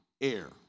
air